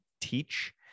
teach